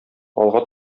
алга